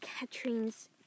Katrine's